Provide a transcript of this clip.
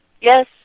Yes